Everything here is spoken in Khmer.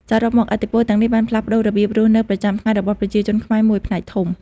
សរុបមក ឥទ្ធិពលទាំងនេះបានផ្លាស់ប្តូររបៀបរស់នៅប្រចាំថ្ងៃរបស់ប្រជាជនខ្មែរមួយផ្នែកធំ។